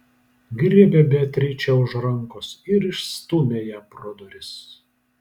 griebė beatričę už rankos ir išstūmė ją pro duris